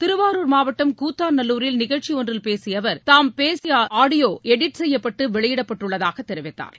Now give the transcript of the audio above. திருவாரூர் மாவட்டம் கூத்தாநல்லூரில் நிகழ்ச்சிஒன்றில் பேசியஅவர் தாம் பேசியஆடியோஎடிட் செய்யப்பட்டுவெளியிடப்பட்டுள்ளதாகவும் தெரிவித்தாா்